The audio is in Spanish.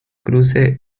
cruce